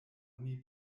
oni